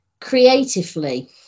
creatively